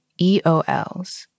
EOLs